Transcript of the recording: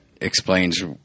explains